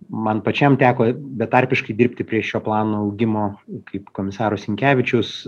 man pačiam teko betarpiškai dirbti prie šio plano augimo kaip komisaro sinkevičiaus